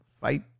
fight